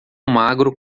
magro